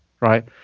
right